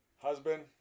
husband